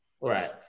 right